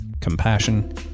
compassion